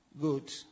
Good